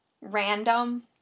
random